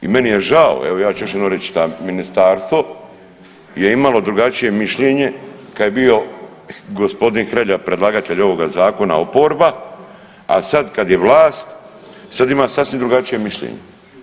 I meni je žao, evo ja ću još jednom reći šta ministarstvo je imalo drugačije mišljenje kad je bio gospodin Hrelja predlagatelj ovoga zakona oporba, a sad kad je vlast sad ima sasvim drugačije mišljenje.